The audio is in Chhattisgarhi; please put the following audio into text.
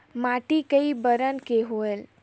माटी कई बरन के होयल?